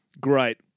great